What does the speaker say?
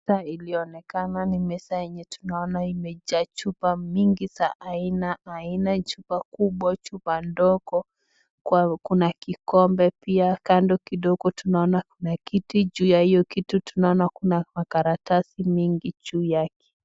Meza ilionekana ni meza yenye tunaona imejaa chupa mingi za aina aina, chupa kubwa chupa ndogo, kuna kikombe pia. Kando kidogo tunaona kuna kiti juu ya hiyo kiti tunaona kuna makaratasi mingi juu yake.